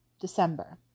December